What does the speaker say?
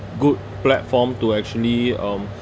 good platform to actually um